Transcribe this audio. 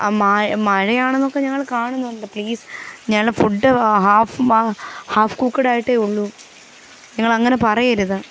മഴ മഴ മഴയാണെന്നൊക്കെ ഞങ്ങൾ കാണുന്നുണ്ട് പ്ളീസ് ഞങ്ങളുടെ ഫുഡ് ഹാഫ് മാ ഹാഫ് കൂക്ഡ് ആയിട്ടേ ഉള്ളു നിങ്ങളങ്ങനെ പറയരുത്